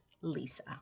Lisa